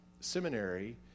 seminary